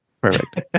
Perfect